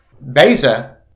Beza